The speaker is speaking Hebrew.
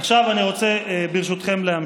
אני רוצה להמשיך.